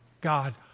God